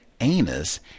anus